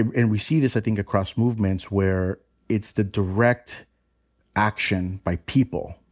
and we see this, i think, across movements, where it's the direct action by people,